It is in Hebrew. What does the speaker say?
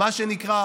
מה שנקרא,